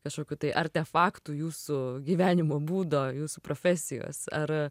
kažkokių tai artefaktų jūsų gyvenimo būdo jūsų profesijos ar